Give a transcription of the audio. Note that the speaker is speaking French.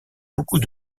beaucoup